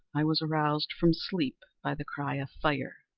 i was aroused from sleep by the cry of fire.